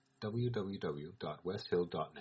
www.westhill.net